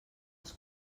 els